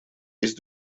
есть